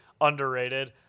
underrated